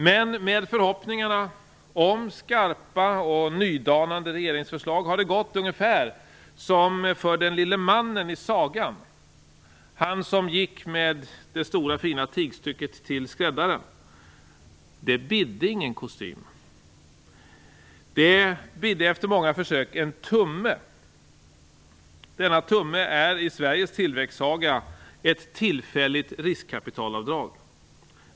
Men med förhoppningarna om skarpa och nydanande regeringsförslag har det gått ungefär som för den lille mannen i sagan, han som gick med det stora fina tygstycket till skräddaren. Det bidde ingen kostym. Det bidde efter många försök en tumme. Denna tumme i Sveriges tillväxtsaga är ett tillfälligt riskkapitalavdrag.